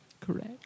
correct